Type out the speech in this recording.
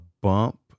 bump